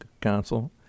council